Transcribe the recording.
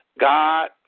God